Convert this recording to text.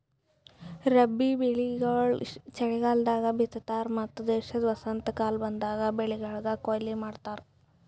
ರಬ್ಬಿ ಬೆಳಿಗೊಳ್ ಚಲಿಗಾಲದಾಗ್ ಬಿತ್ತತಾರ್ ಮತ್ತ ದೇಶದ ವಸಂತಕಾಲ ಬಂದಾಗ್ ಬೆಳಿಗೊಳಿಗ್ ಕೊಯ್ಲಿ ಮಾಡ್ತಾರ್